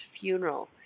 funeral